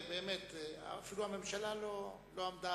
באמת, אפילו הממשלה לא עמדה